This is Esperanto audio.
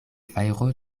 fajro